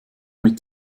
mit